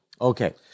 Okay